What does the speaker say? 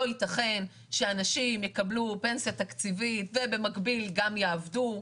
לא ייתכן שאנשים יקבלו פנסיה תקציבית ובמקביל גם יעבדו.